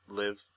live